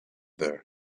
there